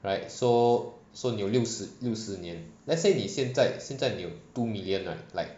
right so so 你有六十六十年 let's say 你现在现在你有 two million right like